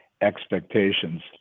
expectations